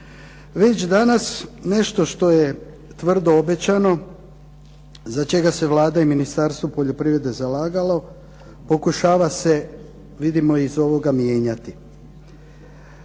već danas nešto što je tvrdo obećano za čega se Vlada i Ministarstvo poljoprivrede zalagalo pokušava se vidimo iz ovoga mijenjati.